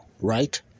right